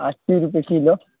अस्सी रुपए किलो